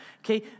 Okay